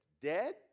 dead